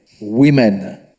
Women